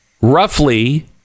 roughly